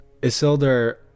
Isildur